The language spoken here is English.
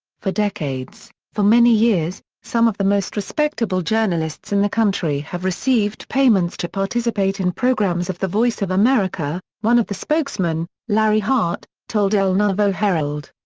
for decades, for many years, some of the most respectable journalists in the country have received payments to participate in programs of the voice of america, one of the spokesmen, larry hart, told el nuevo herald.